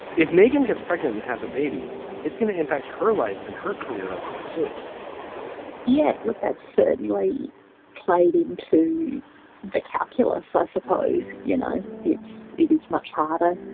if megan gets pregnant has a baby it's going to impact her life and her career a lot to yet look that certainly played into the calculus i suppose you know it's it is much harder.